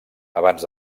abans